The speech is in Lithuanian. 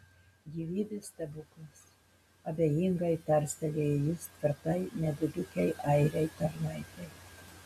gyvybės stebuklas abejingai tarstelėjo jis tvirtai nedidukei airei tarnaitei